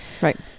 right